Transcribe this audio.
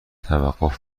توقف